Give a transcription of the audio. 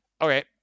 Okay